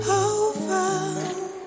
over